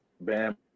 Bam